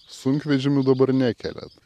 sunkvežimių dabar nekeliat